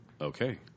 Okay